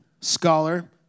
scholar